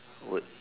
would